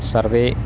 सर्वे